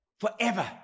forever